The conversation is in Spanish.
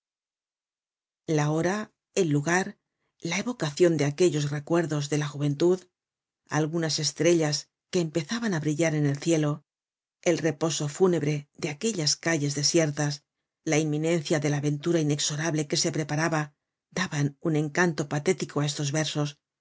la hora el lugar la evocacion de aquellos recuerdos de la juventud algunas estrellas que empezaban á brillar en el cielo el reposo fúnebre de aquellas calles desiertas la inminencia de la aventura inexorable que se preparaba daban un encanto patético á estos versos